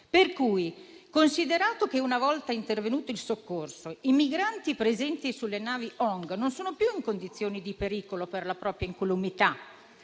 Per cui, considerato che, una volta intervenuto il soccorso, i migranti presenti sulle navi ONG non sono più in condizioni di pericolo per la propria incolumità